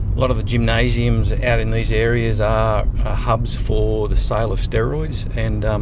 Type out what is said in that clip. lot of the gymnasiums out in these areas are hubs for the sale of steroids, and